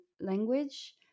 language